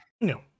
No